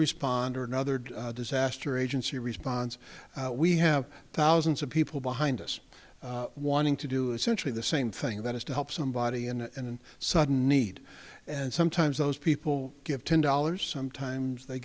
respond or another disaster agency response we have thousands of people behind us wanting to do essentially the same thing that is to help somebody and sudden need and sometimes those people give ten dollars sometimes they